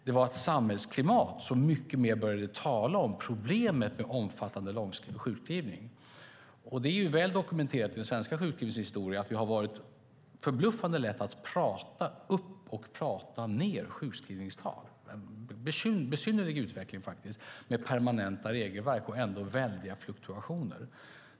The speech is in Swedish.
Det var också ett samhällsklimat som mycket mer började tala om problemet med omfattande långa sjukskrivningar. Det är väl dokumenterat i den svenska sjukskrivningens historia att det varit förbluffande lätt att tala upp och tala ned sjukskrivningstalen, en besynnerlig utveckling. Trots permanenta regelverk har vi ändå haft väldiga fluktuationer.